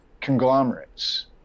conglomerates